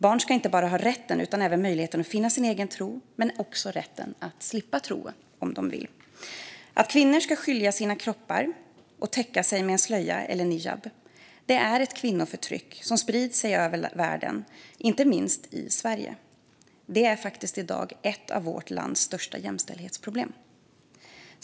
Barn ska inte bara ha rätten utan även möjligheten att finna sin egen tro men också rätten att slippa tro, om de vill. Att kvinnor ska skyla sina kroppar och täcka sig med en slöja eller en niqab är ett kvinnoförtryck som sprids över världen, inte minst i Sverige. Det är i dag faktiskt ett av vårt lands största jämställdhetsproblem.